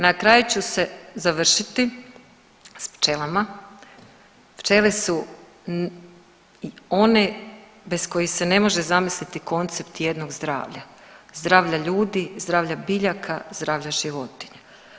Na kraju ću se završiti s pčelama, pčele su one bez kojih se ne može zamisliti koncept jednog zdravlja, zdravlja ljudi, zdravlja biljaka, zdravlja životinja.